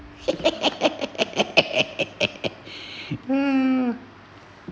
mm